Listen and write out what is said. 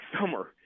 summer